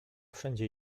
wszędzie